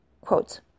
Quotes